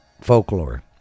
Folklore